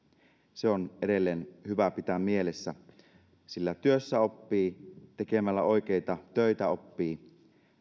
se on edelleen hyvä pitää mielessä siellä työssä oppii tekemällä oikeita töitä oppii